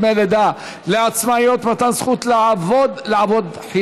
דמי לידה לעצמאיות מתן זכות לעבוד חלקית),